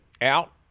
out